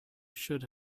should